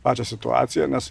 pačią situaciją nes